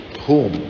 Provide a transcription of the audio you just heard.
home